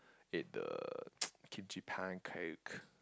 ate the Kimchi pancake